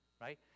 right